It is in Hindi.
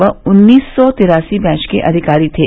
वह उन्नीस सौ तिरासी बैच के अधिकारी थे